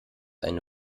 eine